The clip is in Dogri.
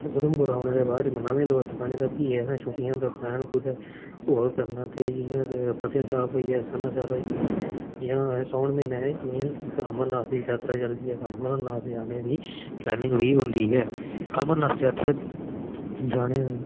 उघमपुरा दा आने दे बाद नमें दोस्त बने ते फ्ही असें छुट्टियें दा पलैन कुदै होर करना तां ते इ'यां गै पतनीटाॅप होईआ सरनासर होईआ जियां सौन महीना आई गेआ अमरनाथे दी यात्रा चलदी ऐ तां अमरनाथ जानै दी पलैनिंग बी होंदी ऐ अमरनाथ यात्रा जाने दी